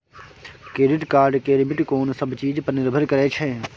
Credit card के limit कोन सब चीज पर निर्भर करै छै?